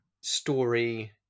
story